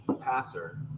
passer